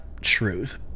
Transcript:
truth